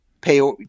pay